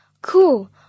Cool